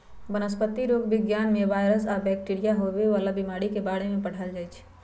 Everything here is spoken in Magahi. वनस्पतिरोग विज्ञान में वायरस आ बैकटीरिया से होवे वाला बीमारी के बारे में पढ़ाएल जाई छई